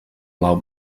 blau